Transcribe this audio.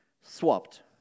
swapped